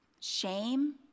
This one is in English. shame